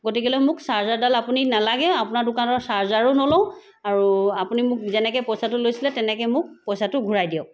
গতিকেলৈ মোক চাৰ্জাৰডাল আপুনি নালাগে আপোনাৰ দোকানৰ চাৰ্জাৰো নলওঁ আৰু আপুনি মোক যেনেকৈ পইচাটো লৈছিলে তেনেকৈ মোক পইচাটো ঘূৰাই দিয়ক